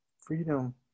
Freedom